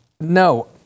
No